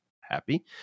happy